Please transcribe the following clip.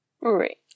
right